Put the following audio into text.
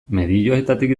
medioetatik